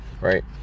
right